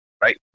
right